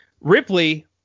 Ripley